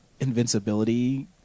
invincibility